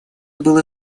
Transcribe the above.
было